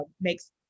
makes